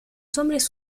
hombres